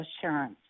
Assurance